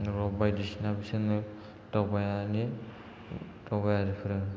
बायदिसिनो बिसोरनो दावबायनायनि दावबायारिफोरा